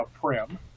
Prim